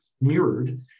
mirrored